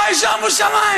בעשר שניות.